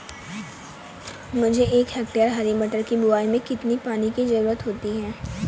एक हेक्टेयर हरी मटर की बुवाई में कितनी पानी की ज़रुरत होती है?